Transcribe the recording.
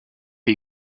the